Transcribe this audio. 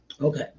Okay